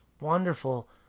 wonderful